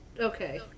okay